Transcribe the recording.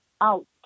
out